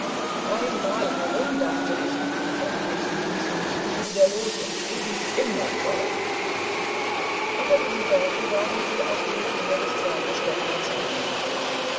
einmal herum dachte ich aber die hexen ließen mich nicht wieder los und triebens immer toller unter diesen worten waren sie auf dem flur des zweiten stockwerks angekommen